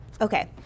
okay